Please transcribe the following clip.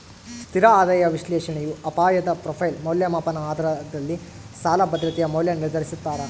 ಸ್ಥಿರ ಆದಾಯ ವಿಶ್ಲೇಷಣೆಯು ಅಪಾಯದ ಪ್ರೊಫೈಲ್ ಮೌಲ್ಯಮಾಪನ ಆಧಾರದಲ್ಲಿ ಸಾಲ ಭದ್ರತೆಯ ಮೌಲ್ಯ ನಿರ್ಧರಿಸ್ತಾರ